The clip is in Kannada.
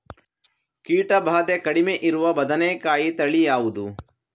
ಕೀಟ ಭಾದೆ ಕಡಿಮೆ ಇರುವ ಬದನೆಕಾಯಿ ತಳಿ ಯಾವುದು?